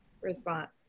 response